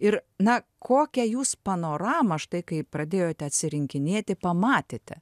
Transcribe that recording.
ir na kokią jūs panoramą štai kai pradėjote atsirinkinėti pamatėte